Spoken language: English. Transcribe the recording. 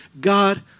God